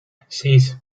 sis